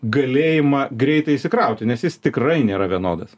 galėjimą greitai įsikrauti nes jis tikrai nėra vienodas